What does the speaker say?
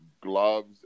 Gloves